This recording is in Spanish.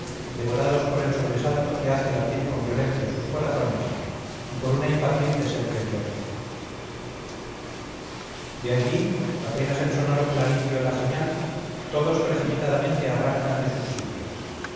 devorados por el sobresalto que hace latir con violencia sus corazones y por una impaciente sed de gloria de allí apenas el sonoro clarín dio la señal todos precipitadamente arrancan de sus sitios